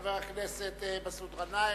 חבר הכנסת מסעוד גנאים,